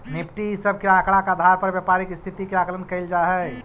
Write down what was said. Nifty इ सब के आकड़ा के आधार पर व्यापारी के स्थिति के आकलन कैइल जा हई